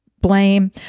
blame